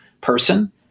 person